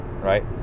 right